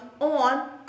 on